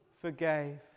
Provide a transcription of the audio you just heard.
forgave